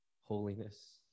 holiness